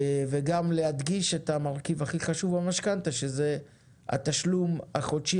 וגם להדגיש את המרכיב הכי חשוב במשכנתא שזה התשלום החודשי